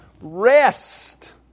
rest